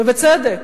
ובצדק.